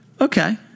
Okay